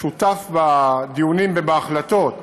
השותף בדיונים ובהחלטות,